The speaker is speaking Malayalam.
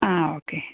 ആ ഓക്കെ